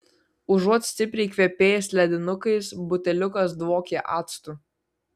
užuot stipriai kvepėjęs ledinukais buteliukas dvokė actu